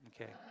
Okay